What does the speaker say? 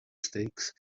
stakes